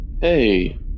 Hey